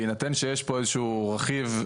בהינתן שיש פה איזשהו רכיב,